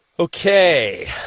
Okay